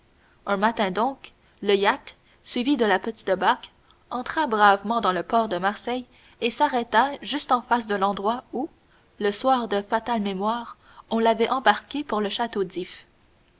un matin donc le yacht suivi de la petite barque entra bravement dans le port de marseille et s'arrêta juste en face de l'endroit où ce soir de fatale mémoire on l'avait embarqué pour le château